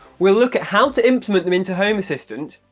we'll look at how to implement them into home assistant,